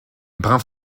brun